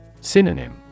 Synonym